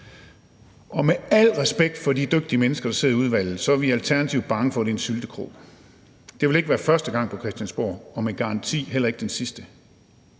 Og med al respekt for de dygtige mennesker, der sidder i udvalget, så er vi i Alternativet bange for, at det er en syltekrukke, og det vil ikke være første gang på Christiansborg og med garanti heller ikke den sidste.